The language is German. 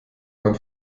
man